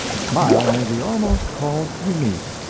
the smile may be almost called unique.